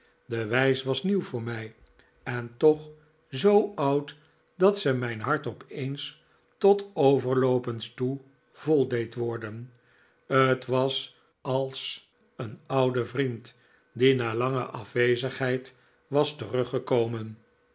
de wijs was nieuw voor mij en toch zoo oud dat zij mijn hart opeens tot overloopens toe vol deed worden t was als een oude vriend die na lange afwezigheid was teruggekomen